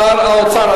שר האוצר,